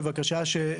בבקשה,